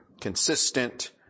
consistent